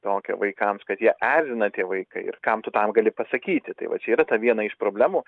tokia vaikams kad jie erzina tie vaikai ir kam tu tam gali pasakyti tai va čia yra ta viena iš problemų